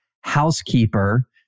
housekeeper